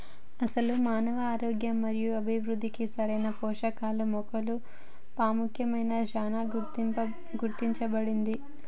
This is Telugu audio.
అసలు మానవ ఆరోగ్యం మరియు అభివృద్ధికి సరైన పోషకాహరం మొక్క పాముఖ్యత చానా గుర్తించబడింది